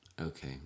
Okay